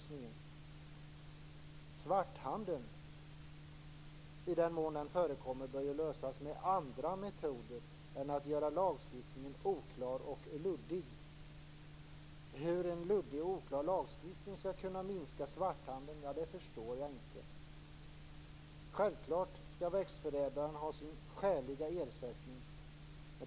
Problemet med svarthandeln, i den mån den förekommer, bör lösas med andra metoder än att man gör lagstiftningen oklar och luddig. Hur en luddig och oklar lagstiftning skall kunna minska svarthandeln förstår jag inte. Självfallet skall växtförädlaren ha sin skäliga ersättning.